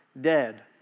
dead